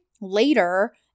later